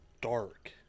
dark